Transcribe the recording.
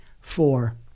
Four